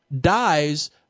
Dies